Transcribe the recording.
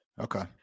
Okay